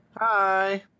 Hi